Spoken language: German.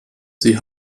sie